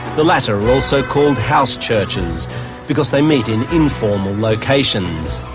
the latter are also called house churches because they meet in informal locations.